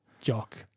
jock